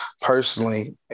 personally